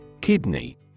Kidney